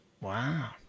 Wow